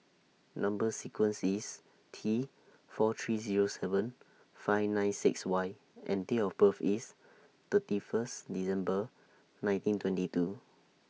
Number sequence IS T four three Zero seven five nine six Y and Date of birth IS thirty First December nineteen twenty two